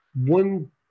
One